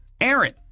Aaron